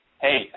hey